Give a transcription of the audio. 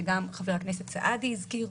שגם חבר הכנסת סעדי הזכיר.